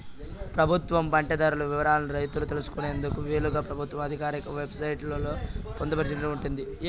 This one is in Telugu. ప్రభుత్వం పంట ధరల వివరాలను రైతులు తెలుసుకునేందుకు వీలుగా ప్రభుత్వ ఆధికారిక వెబ్ సైట్ లలో పొందుపరచబడి ఉంటాది